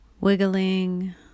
Wiggling